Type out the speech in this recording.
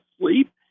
sleep